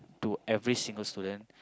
to every single student